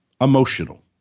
emotional